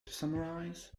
summarize